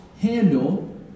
handle